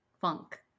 funk